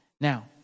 Now